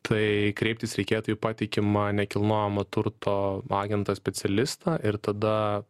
tai kreiptis reikėtų į patikimą nekilnojamo turto agentą specialistą ir tada